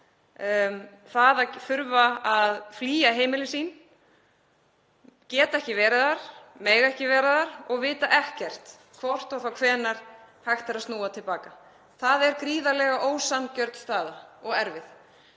að þurfa að flýja heimili sín, geta ekki verið þar, mega ekki vera þar og vita ekkert hvort og þá hvenær hægt er að snúa til baka. Það er gríðarlega ósanngjörn staða og erfið